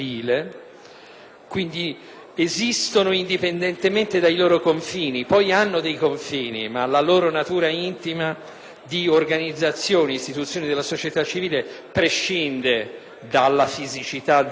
quindi, esistono indipendentemente dai loro confini (ne hanno, ma la loro natura intima di istituzioni della società civile prescinde dalla fisicità del luogo),